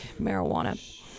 marijuana